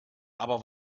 aber